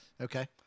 Okay